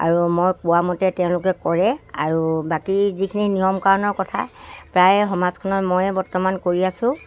আৰু মই কোৱা মতে তেওঁলোকে কৰে আৰু বাকী যিখিনি নিয়ম কাৰণৰ কথা প্ৰায়ে সমাজখনত ময়ে বৰ্তমান কৰি আছোঁ